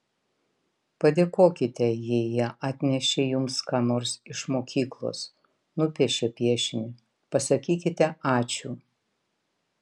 padėkokite jei jie atnešė jums ką nors iš mokyklos nupiešė piešinį pasakykite ačiū